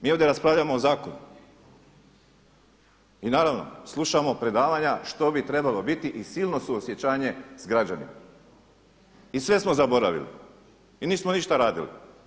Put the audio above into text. Mi ovdje raspravljamo o zakonu i naravno slušamo predavanja što bi trebalo biti i silno suosjećanje sa građanima i sve smo zaboravili i nismo ništa radili.